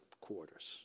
quarters